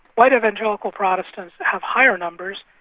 white evangelical protestants have higher numbers,